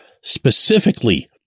specifically